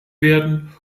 werden